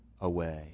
away